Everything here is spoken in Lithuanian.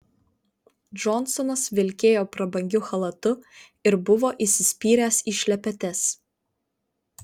džonsonas vilkėjo prabangiu chalatu ir buvo įsispyręs į šlepetes